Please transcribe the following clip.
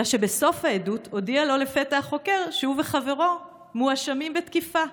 אלא שבסוף העדות הודיע לו לפתע החוקר שהוא וחברו מואשמים בתקיפה.